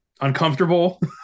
uncomfortable